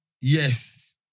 yes